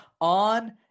on